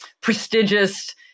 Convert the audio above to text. prestigious